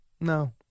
No